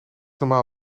normaal